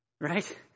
right